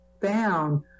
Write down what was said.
found